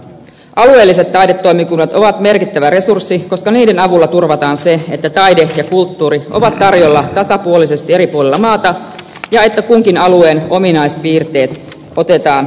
alueelliset taidetoimikunnat ovat merkittävä resurssi koska niiden avulla turvataan se että taide ja kulttuuri ovat tarjolla tasapuolisesti eri puolilla maata ja että kunkin alueen ominaispiirteet otetaan huomioon